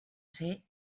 ser